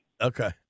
Okay